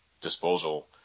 disposal